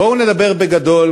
בואו נדבר בגדול,